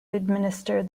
administer